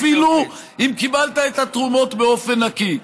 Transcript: אפילו אם קיבלת את התרומות באופן נקי.